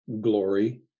glory